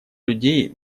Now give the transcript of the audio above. людей